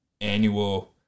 annual